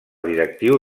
directiu